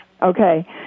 Okay